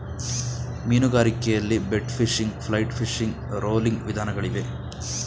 ಮೀನುಗಾರಿಕೆಯಲ್ಲಿ bait fishing, flight fishing, rolling ವಿಧಾನಗಳಿಗವೆ